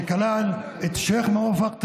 שכלל את שייח' מואפק טריף,